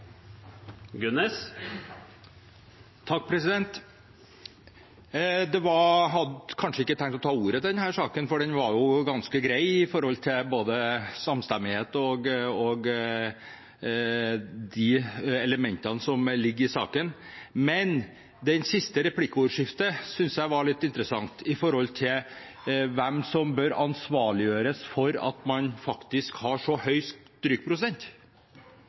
hadde ikke tenkt å ta ordet i denne saken, for den var ganske grei når det gjelder både samstemmighet og de elementene som ligger i saken. Men jeg syns replikkordskiftet var litt interessant med tanke på hvem som bør ansvarliggjøres for at man faktisk har så